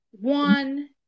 One